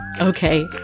Okay